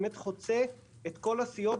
באמת חוצה את כל הסיעות,